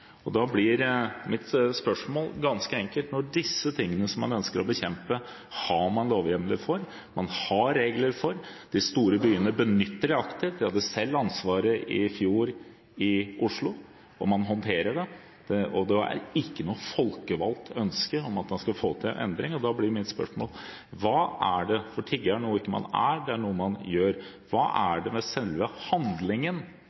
dag. Da blir mitt spørsmål ganske enkelt. Disse tingene, som man ønsker å bekjempe, er noe man har lovhjemler og regler for. De store byene benytter det aktivt, jeg hadde selv ansvaret i fjor i Oslo. Man håndterer det, det er ikke noe ønske blant folkevalgte om å få til en endring, og tigging er noe man gjør, ikke noe man er. Da blir mitt spørsmål: Hva er det med selve handlingen i det